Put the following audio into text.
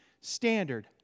standard